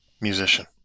Musician